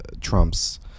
Trump's